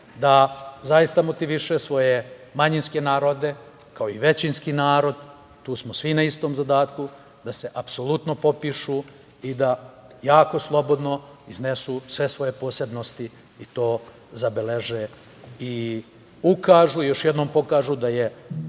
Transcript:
da zaista motiviše svoje manjinske narode, kao i većinski narod i tu smo svi na istom zadatku, da se apsolutno popišu i da slobodno iznesu sve svoje posebnosti i to zabeleže i ukažu i još jednom pokažu da je